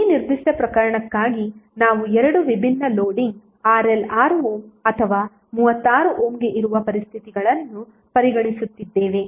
ಈ ನಿರ್ದಿಷ್ಟ ಪ್ರಕರಣಕ್ಕಾಗಿ ನಾವು ಎರಡು ವಿಭಿನ್ನ ಲೋಡಿಂಗ್ RL 6 ಓಮ್ ಅಥವಾ 36 ಓಮ್ಗೆ ಇರುವ ಪರಿಸ್ಥಿತಿಗಳನ್ನು ಪರಿಗಣಿಸುತ್ತಿದ್ದೇವೆ